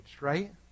right